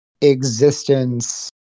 existence